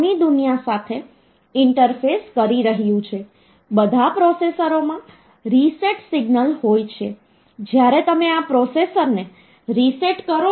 જ્યાં આ hexadecimal number સિસ્ટમમાં સંખ્યાઓના આધારનું મૂલ્ય 16 હોઈ શકે છે અને અંકો 0 થી 15 હોઈ શકે છે